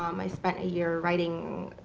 um i spent a year writing,